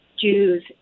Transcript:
Jews